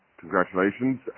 congratulations